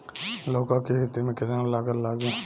लौका के खेती में केतना लागत लागी?